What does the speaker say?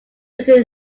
luke